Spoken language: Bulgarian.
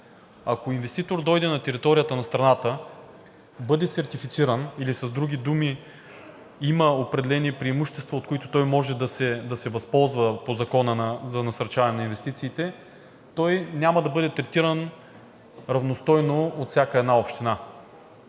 ако инвеститор дойде на територията на страната, бъде сертифициран или, с други думи, има определени преимущества, от които може да се възползва по Закона за насърчаване на инвестициите, той няма да бъде третиран равностойно във всяка една община.